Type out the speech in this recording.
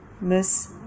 Miss